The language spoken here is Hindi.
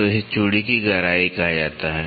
तो इसे चूड़ी की गहराई कहा जाता है